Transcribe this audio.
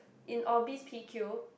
in Orbis P_Q